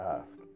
ask